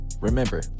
Remember